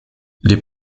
les